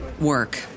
work